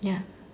ya